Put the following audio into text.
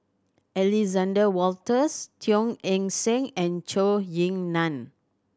Alexander Wolters Teo Eng Seng and Zhou Ying Nan